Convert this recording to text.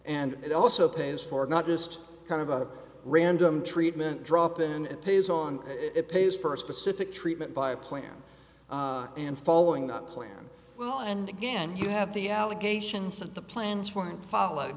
and it also pays for not just kind of a random treatment drop in and pays on it pays for a specific treatment by a plan and following that plan well and again you have the allegations that the plans